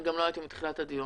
אני גם לא הייתי מתחילת הדיון.